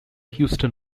houston